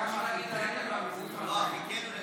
כמה חיכינו לנאום הזה, רבי יצחק.